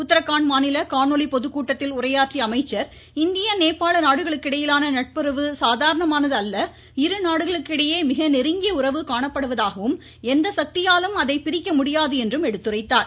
உத்தரகாண்ட் மாநில காணொலி பொதுக்கூட்டத்தில் உரையாற்றிய அமைச்சர் இந்திய நேபாள நாடுகளுக்கு இடையிலான நட்புறவு சாதாரணமானது அல்ல இருநாடுகளுக்கு இடையே மிக நெருங்கிய உறவு காணப்படுவதாகவும் எந்த சக்தியாலும் அதை பிரிக்க முடியாது என்றும் எடுத்துரைத்தார்